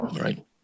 right